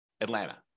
Atlanta